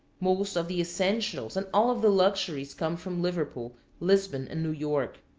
most of the essentials and all of the luxuries come from liverpool, lisbon, and new york.